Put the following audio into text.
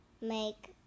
make